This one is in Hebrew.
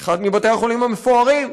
אחד מבתי-החולים המפוארים,